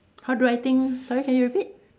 how do I think sorry can you repeat